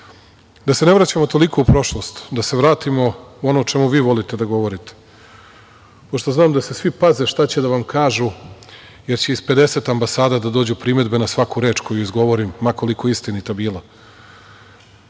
se ne vraćamo toliko u prošlost, da se vratimo u ono o čemu vi volite da govorite, pošto znam da se svi paze šta će da vam kažu, jer će iz 50 ambasada da dođu primedbe na svaku reč, koju izgovorim, ma koliko istinita